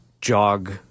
jog